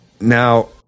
Now